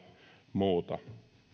muuta